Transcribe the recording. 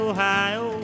Ohio